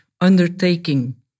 undertaking